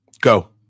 Go